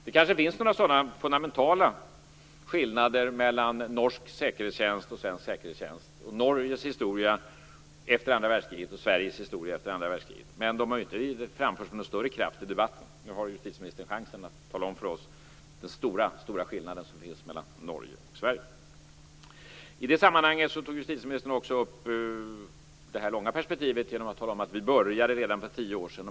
Det kanske finns några fundamentala skillnader mellan norsk och svensk säkerhetstjänst och mellan Men de har inte framförts med någon större kraft i debatten. Nu har justitieministern chansen att berätta för oss om den stora skillnad som finns mellan Norge och Sverige. I det sammanhanget tog justitieministern också upp det här långa perspektivet genom att tala om att vi började redan för tio år sedan.